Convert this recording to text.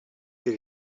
did